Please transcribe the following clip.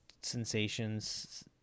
sensations